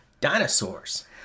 dinosaurs